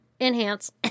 enhance